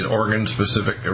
organ-specific